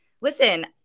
listen